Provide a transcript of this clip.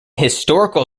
historical